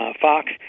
Fox